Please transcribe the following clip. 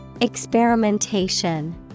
Experimentation